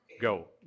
Go